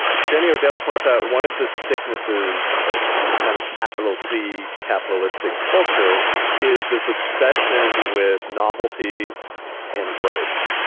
jenny odel points out one of the sicknesses of kind of capital c capitalistic culture is this obsession with novelty and growth.